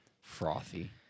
Frothy